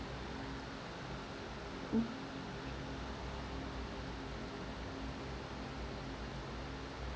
mm